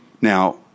Now